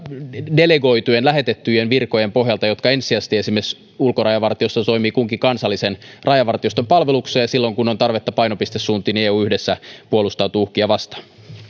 delegoitujen lähetettyjen virkojen pohjalta jotka ensisijaisesti esimerkiksi ulkorajavartiossa toimivat kunkin kansallisen rajavartioston palveluksessa ja silloin kun on tarvetta painopistesuuntiin niin eu yhdessä puolustautuu uhkia vastaan